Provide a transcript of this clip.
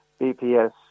BPS